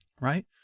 right